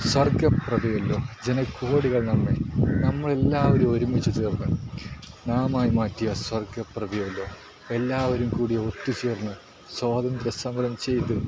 സ്വർഗ്ഗ പ്രഭയാല്ലോ ജനകോടികൾ നമ്മെ നമ്മളെല്ലാവരും ഒരുമിച്ച് ചേർന്ന് നാമായി മാറ്റിയ സ്വർഗ്ഗ പ്രഭയല്ലോ എല്ലാവരും കൂടി ഒത്ത് ചേർന്ന് സ്വാതന്ത്ര്യ സമരം ചെയ്ത്